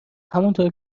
همونطور